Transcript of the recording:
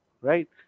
right